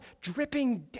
dripping